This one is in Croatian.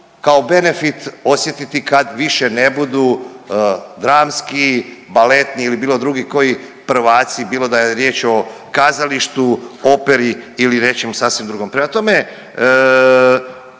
kao benefit osjetiti kad više ne budu dramski, baletni ili bilo drugi koji prvaci bilo da je riječ o kazalištu, operi ili nečemu sasvim drugom. Prema tome,